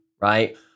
right